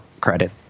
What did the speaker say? credit